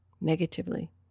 negatively